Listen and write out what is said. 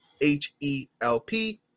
H-E-L-P